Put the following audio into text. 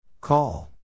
Call